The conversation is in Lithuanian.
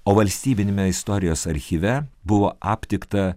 o valstybiniame istorijos archyve buvo aptikta